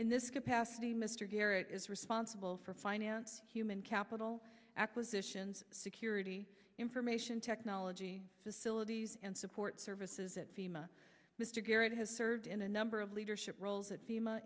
in this capacity mr garrett is responsible for finance human capital acquisitions security information technology facilities and support services at fema mr garrett has served in a number of leadership roles at